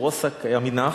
או רוסק־עמינח.